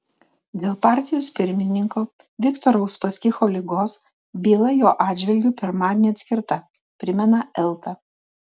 dėl partijos pirmininko viktoro uspaskicho ligos byla jo atžvilgiu pirmadienį atskirta primena elta